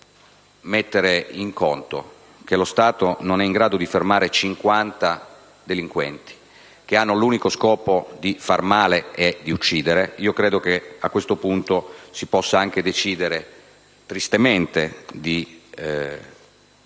devo mettere in conto che lo Stato non è in grado di fermare cinquanta delinquenti che hanno l'unico scopo di far male e di uccidere, credo che a questo punto si possa tristemente prendere